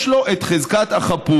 יש לו את חזקת החפות.